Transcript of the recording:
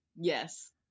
Yes